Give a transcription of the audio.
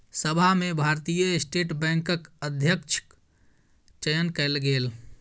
सभा में भारतीय स्टेट बैंकक अध्यक्षक चयन कयल गेल